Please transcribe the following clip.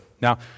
Now